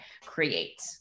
create